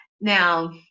Now